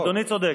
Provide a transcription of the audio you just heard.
אדוני צודק.